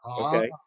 okay